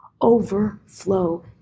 Overflow